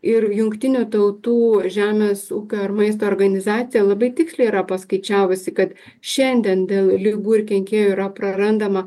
ir jungtinių tautų žemės ūkio ir maisto organizacija labai tiksliai yra paskaičiavusi kad šiandien dėl ligų ir kenkėjų yra prarandama